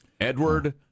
Edward